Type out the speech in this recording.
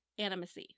animacy